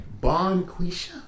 Bonquisha